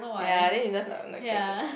ya then he just not not attracted